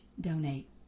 donate